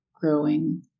growing